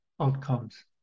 outcomes